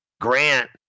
Grant